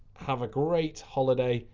have a great holiday,